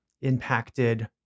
impacted